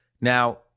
Now